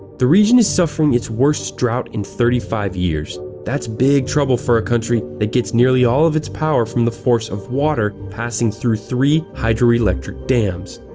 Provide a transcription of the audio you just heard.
the region is suffering its worst drought in thirty five years, that's big trouble for a country that gets nearly all of its power from the force of water passing through three hydroelectric dams.